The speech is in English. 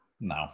No